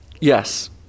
yes